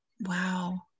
Wow